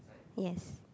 yes